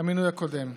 המינוי הקודם.